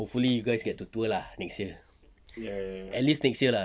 hopefully you guys get to tour lah next year at least next year lah